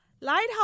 Lighthouse